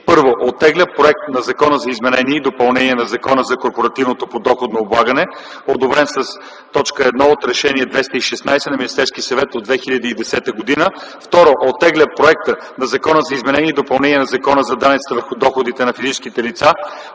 И: 1. Оттегля проект на Закона за изменение и допълнение на Закона за корпоративното подоходно облагане, одобрен с т. 1 от Решение № 216 на Министерския съвет от 2010 г. 2. Оттегля проекта на Закона за изменение и допълнение на Закона за данъците върху доходите на физическите лица,